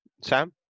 Sam